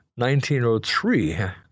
1903